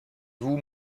vous